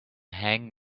hang